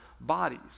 bodies